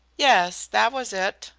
yes, that was it.